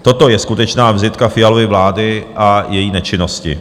Toto je skutečná vizitka Fialovy vlády a její nečinnosti.